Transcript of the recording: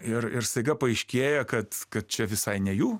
ir ir staiga paaiškėja kad kad čia visai ne jų